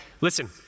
Listen